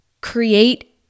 create